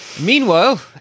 Meanwhile